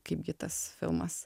kaipgi tas filmas